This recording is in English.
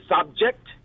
subject